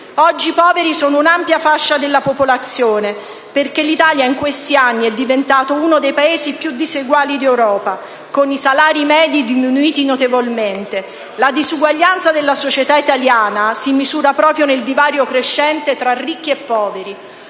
oggi i poveri sono un'ampia fascia della popolazione, perché l'Italia in questi anni è diventato uno dei Paesi più diseguali d'Europa, con i salari medi diminuiti notevolmente. La disuguaglianza della società italiana si misura proprio nel divario crescente tra ricchi e poveri: